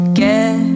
get